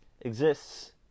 exists